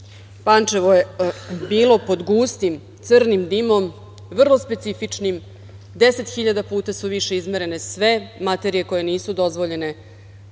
je bilo pod gustim crnim dimom, vrlo specifičnim. Deset hiljada puta su više izmere sve materije koje nisu dozvoljene